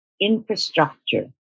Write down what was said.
infrastructure